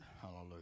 Hallelujah